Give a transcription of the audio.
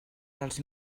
dels